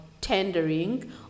tendering